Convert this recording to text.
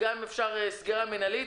ואם אפשר גם סגירה מינהלית,